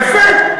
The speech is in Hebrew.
יפה.